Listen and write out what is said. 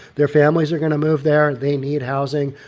their families are going to move there. they need housing.